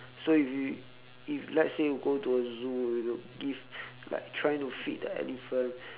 so if you if let's say you go to a zoo you know give like trying to feed the elephant